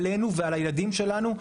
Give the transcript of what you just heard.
עלינו ועל הילדים שלנו,